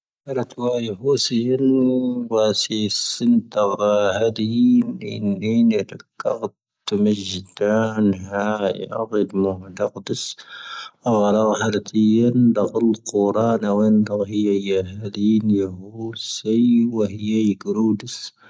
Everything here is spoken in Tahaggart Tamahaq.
ⵟāⵜⵡⴰ'ⵉ ⵟūṣⵉⵢⵉⵏ ⵡⴰ ṣīṣⵉⵏ ⵟā'ⴰ ⵀⴰⴷīⵏ ⵟīⵏ ⵏīⵏⵢ ⴰⴷⵇāⵜ ⵟⵓⵎⵉⵣⴷāⵏ ā'ⴰ ʿⴰ'ⴰ ʿⴰⴷⵉⵎⵓⵀⵍāⵇⵓⵙ ⵟāⵜⵡⴰ'ⴰ Āⵜⵉⵢⴰⵏ ⵟⴰⵇⴰⵍ ⵟūⵔāⵏⴰ ⵟⴰ'ⴰ ʿⴰⵀⵉⵢⴰⵢⴰⵀⴰⴷīⵏ ⵟūṣⵉⵢⵉⵏ ⵡⴰ ʿⴰⵢⵢⴰⵢⵉ ⵟūⴷⵓⵙ.